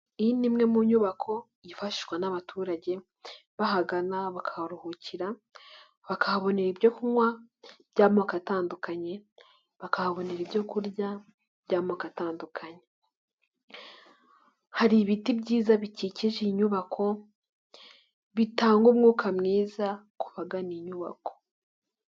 Iyi ni imwe mu nyubako yifashishwa n'abaturage bahagana, bakaharuhukira, bakahabonera ibyo kunywa by'amoko atandukanye, bakahabonera ibyo kurya by'amoko atandukanye. Hari ibiti bikikije iyi nyubako, bitanga umwuka mwiza ku bagana iyi inyubako.